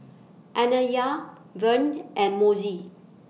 Anaya Vern and Mosey